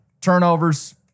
turnovers